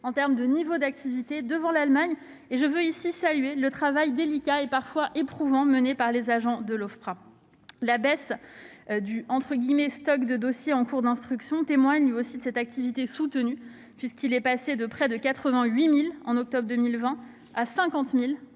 en termes de niveau d'activité devant l'Allemagne. Je salue d'ailleurs le travail délicat et parfois éprouvant mené par les agents de l'Ofpra. La baisse du « stock de dossiers » en cours d'instruction témoigne elle aussi de cette activité soutenue, puisque ce stock est passé de près de 88 000 dossiers au mois d'octobre 2020 à 50 000